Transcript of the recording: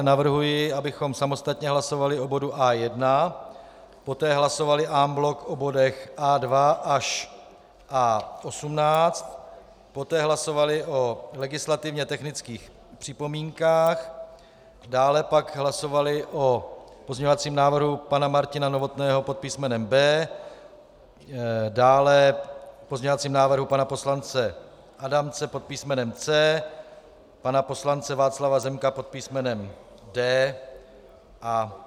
Navrhuji, abychom samostatně hlasovali o bodu A1, poté hlasovali en bloc o bodech A2 až A18, poté hlasovali o legislativně technických připomínkách, dále pak hlasovali o pozměňovacím návrhu pana Martina Novotného pod písmenem B, dále pozměňovacím návrhu pana poslance Adamce pod písmenem C, pana poslance Václava Zemka pod písmenem D.